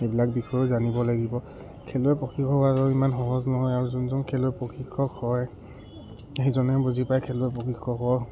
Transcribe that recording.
সেইবিলাক বিষয়েও জানিব লাগিব খেলুৱৈ প্ৰশিক্ষক হোৱাৰ ইমান সহজ নহয় আৰু যোনজন খেলুৱৈৰ প্ৰশিক্ষক হয় সেইজনে বুজি পায় খেলুৱৈৰ প্ৰশিক্ষকৰ